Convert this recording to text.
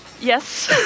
Yes